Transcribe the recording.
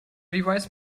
device